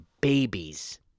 babies